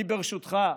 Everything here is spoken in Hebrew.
אני, ברשותך,